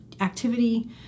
activity